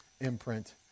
imprint